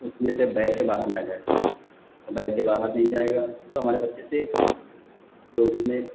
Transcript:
उसमें से बहे के बाहर न जाए औ बहे के बाहर नहीं जाएगा तो हमारे बच्चे सेफ़ हैं तो उसमें